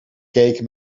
cake